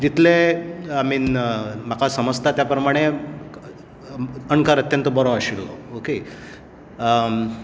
जितले I mean म्हाका समजता त्या प्रमाणें अणकार अत्यंत बरो आशिल्लो ओके